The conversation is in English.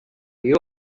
you